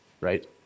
right